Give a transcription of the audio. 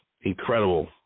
incredible